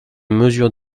mesure